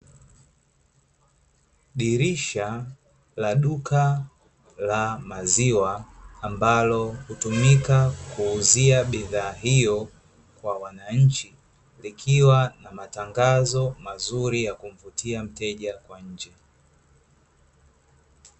Dirisha la duka la maziwa, ambalo hutumika kuuzia bidhaa hio kwa wananchi, likiwa na matangazo mazuri yakumvutia mteja kwa nje.